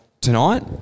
tonight